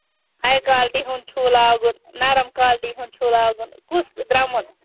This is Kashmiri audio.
ہاے کولٹی ہُنٛد چھُو لاگُن نَرٕم کولٹی ہُند چھُو لاگُن کُس درمُن